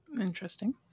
Interesting